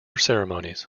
ceremonies